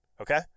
okay